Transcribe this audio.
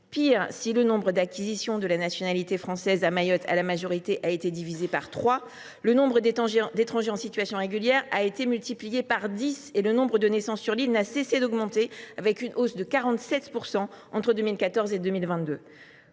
Pire, si le nombre des acquisitions de la nationalité française à Mayotte à la majorité a été divisé par trois, celui des étrangers en situation régulière a été multiplié par dix. Quant au nombre de naissances sur l’île, il n’a cessé d’augmenter, avec une hausse de 47 % entre 2014 et 2022.